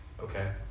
Okay